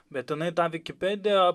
bet jinai tą vikipediją